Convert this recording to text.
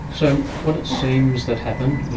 so what it seems that happened,